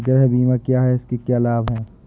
गृह बीमा क्या है इसके क्या लाभ हैं?